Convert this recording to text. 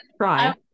try